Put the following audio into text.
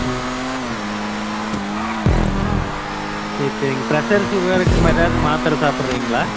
ம் சரி சரிங்க ப்ரெஷரு சுகருக்கு எதாவது மாத்திர சாப்பிட்றீங்களா